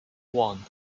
one